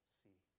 see